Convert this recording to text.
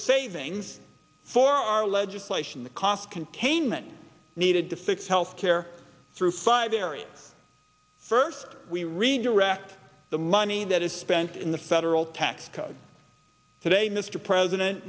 savings for our legislation the cost containment needed to fix health care through siberia first we redirect the money that is spent in the federal tax code today mr president